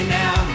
now